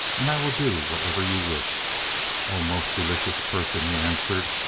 and i will do whatever you wish o most delicious person he answered,